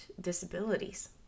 disabilities